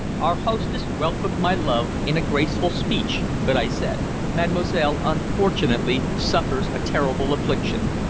our hostess welcomed my love in a graceful speech, but i said mademoiselle unfortunately suffers a terrible affliction.